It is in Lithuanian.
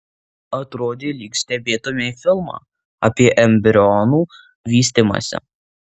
atrodė lyg stebėtumei filmą apie embrionų vystymąsi